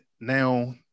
now